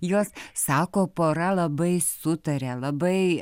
jos sako pora labai sutaria labai